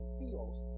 feels